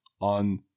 on